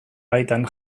baitan